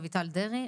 ד"ר רויטל דרעי,